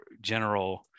general